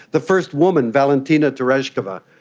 the first woman, valentina tereshkova.